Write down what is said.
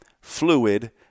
fluid